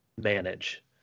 manage